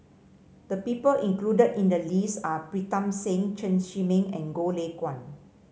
the people included in the list are Pritam Singh Chen Zhiming and Goh Lay Kuan